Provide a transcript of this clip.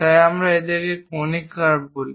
তাই আমরা এদেরকে কনিক কার্ভ বলে থাকি